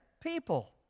people